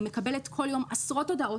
אני מקבלת כל יום עשרות הודעות,